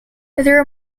their